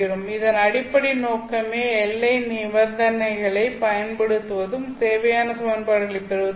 இதன் அடிப்படை நோக்கமே எல்லை நிபந்தனைகளைப் பயன்படுத்துவதும் தேவையான சமன்பாடுகளைப் பெறுவதும் ஆகும்